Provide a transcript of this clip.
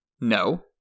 no